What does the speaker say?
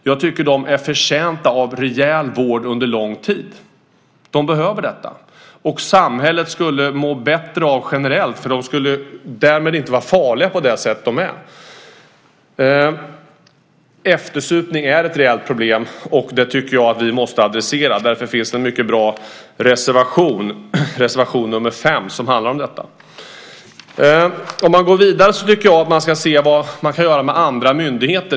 Jag tycker att de är förtjänta av rejäl vård under lång tid. De behöver detta. Samhället skulle generellt må bättre av det, för de skulle därmed inte vara farliga på det sätt som de är nu. Eftersupning är ett reellt problem, och det tycker jag att vi måste adressera. Därför finns det en mycket bra reservation, reservation nr 5, som handlar om detta. Om man går vidare tycker jag att man ska se vad man kan göra med andra myndigheter.